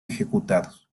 ejecutados